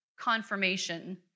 confirmation